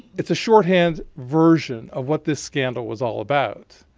it's a shorthand version of what this scandal was all about.